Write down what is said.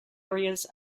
areas